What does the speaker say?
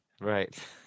Right